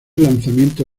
lanzamiento